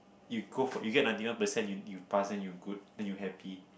you go for you get ninety one percent you you pass then you good then you happy